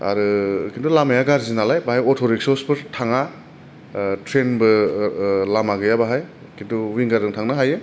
आरो खिनथु लामाया गारजि नालाय बाहाय अट रिक्साफोर थाङा ट्रेनबो लामा गैया बाहाय खिनथु उइंगारजों थांनो हायो